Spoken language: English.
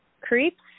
creeps